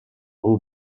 бул